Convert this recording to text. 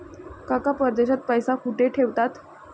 काका परदेशात पैसा कुठे ठेवतात?